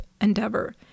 endeavor